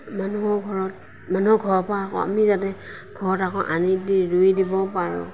মানুহৰ ঘৰত মানুহৰ ঘৰৰ পৰা আমি যাতে ঘৰত আকৌ আনি ৰুই দিব পাৰোঁ